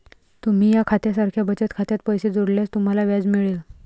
तुम्ही या खात्या सारख्या बचत खात्यात पैसे जोडल्यास तुम्हाला व्याज मिळेल